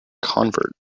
convert